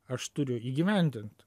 aš turiu įgyvendint